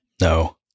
No